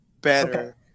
better